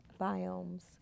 biomes